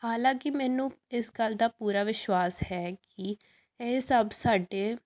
ਹਾਲਾਂਕਿ ਮੈਨੂੰ ਇਸ ਗੱਲ ਦਾ ਪੂਰਾ ਵਿਸ਼ਵਾਸ ਹੈ ਕਿ ਇਹ ਸਭ ਸਾਡੇ